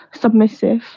submissive